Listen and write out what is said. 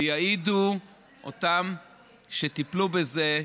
ויעידו אלה שטיפלו בזה,